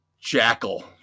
Jackal